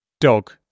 Dog